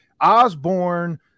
Osborne